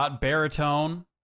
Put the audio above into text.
baritone